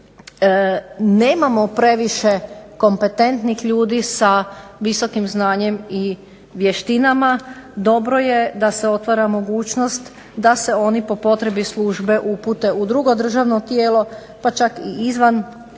da nemamo previše kompetentnih ljudi sa visokim znanjem i vještinama. Dobro je da se otvara mogućnost da se oni po potrebi službe upute u drugo državno tijelo, pa čak i izvan državnoga